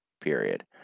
period